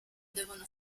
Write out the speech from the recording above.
devono